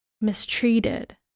mistreated